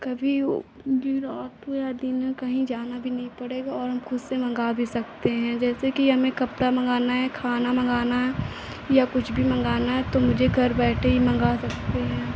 कभी फिर आपको रात में या दिन में कहीं जाना भी नहीं पड़ेगा और हम खुद से मँगा भी सकते हैं जैसे कि हमें कपड़ा मँगाना है खाना मँगाना है या कुछ भी मँगाना है तो मुझे घर बैठे ही मँगा सकते हैं